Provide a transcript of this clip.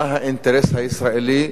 מה האינטרס הישראלי,